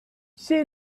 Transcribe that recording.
she